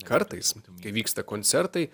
kartais kai vyksta koncertai